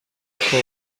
فوق